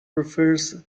refers